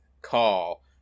call